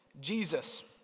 Jesus